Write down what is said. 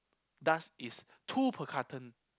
dust is two per carton